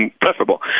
preferable